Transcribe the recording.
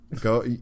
Go